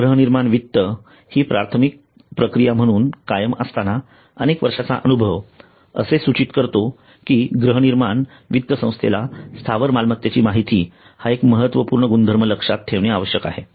गृहनिर्माण वित्त ही प्राथमिक प्राथमिक प्रक्रिया म्हणून कायम असताना अनेक वर्षांचा अनुभव असे सूचित करतो की गृहनिर्माण वित्त संस्थेला स्थावर मालमत्तेची माहिती हा एक महत्त्वपूर्ण गुणधर्म लक्षात ठेवणे आवश्यक आहे